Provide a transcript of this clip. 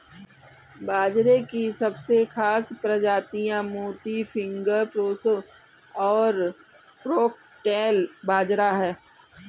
बाजरे की सबसे खास प्रजातियाँ मोती, फिंगर, प्रोसो और फोक्सटेल बाजरा है